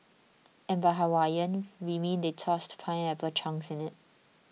and by Hawaiian we mean they tossed pineapple chunks in it